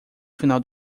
final